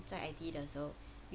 在 I_T 的时候